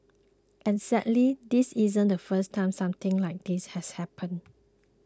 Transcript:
and sadly this isn't the first time something like this has happened